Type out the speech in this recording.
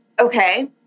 Okay